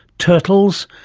turtles,